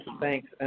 thanks